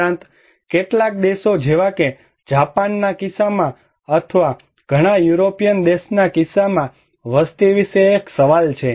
ઉપરાંત કેટલાક દેશો જેવા કે જાપાનના કિસ્સામાં અથવા ઘણા યુરોપિયન દેશોના કિસ્સામાં વસ્તી વિશે એક સવાલ છે